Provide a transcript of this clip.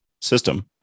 system